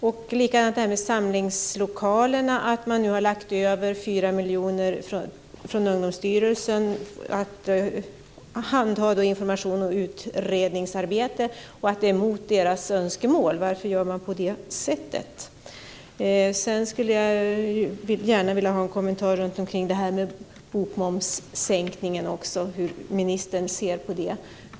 När det gäller samlingslokalerna har man lagt över 4 miljoner från Ungdomsstyrelsen till informations och utredningsarbete om samlingslokaler, och det är mot deras önskemål. Varför gör man på detta sätt? Sedan skulle jag vilja ha en kommentar om bokmomssänkningen och hur ministern ser på den.